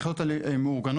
היחידות האלה מאורגנות.